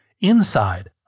Inside